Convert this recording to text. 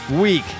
week